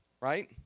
Right